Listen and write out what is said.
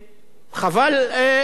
לא להגיד חבל,